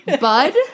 Bud